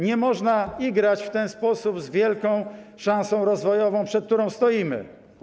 Nie można igrać w ten sposób z wielką szansą rozwojową, przed którą stoimy.